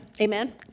Amen